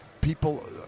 people